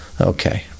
Okay